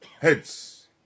heads